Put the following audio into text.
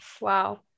Wow